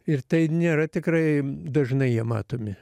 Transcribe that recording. ir tai nėra tikrai dažnai jie matomi